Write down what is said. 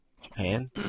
Japan